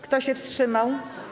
Kto się wstrzymał?